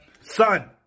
Son